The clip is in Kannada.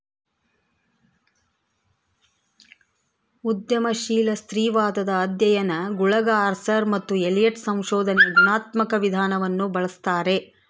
ಉದ್ಯಮಶೀಲ ಸ್ತ್ರೀವಾದದ ಅಧ್ಯಯನಗುಳಗಆರ್ಸರ್ ಮತ್ತು ಎಲಿಯಟ್ ಸಂಶೋಧನೆಯ ಗುಣಾತ್ಮಕ ವಿಧಾನವನ್ನು ಬಳಸ್ತಾರೆ